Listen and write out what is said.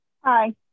Hi